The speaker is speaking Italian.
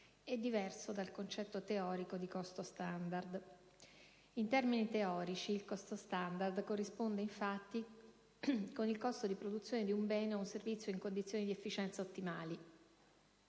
è diversa dal concetto teorico di costo standard. In termini teorici, il costo standard corrisponde - difatti - con il costo di produzione di un bene o un servizio in condizioni di efficienza ottimali,